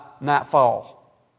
nightfall